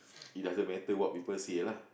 it doesn't matter what people see lah